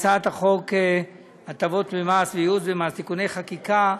אנחנו עוברים להצעת חוק הטבות במס וייעוץ במס (תיקוני חקיקה)